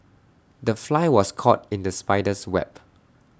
the fly was caught in the spider's web